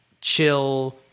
chill